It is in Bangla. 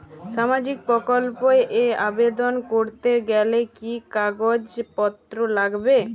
সামাজিক প্রকল্প এ আবেদন করতে গেলে কি কাগজ পত্র লাগবে?